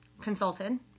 Consulted